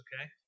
okay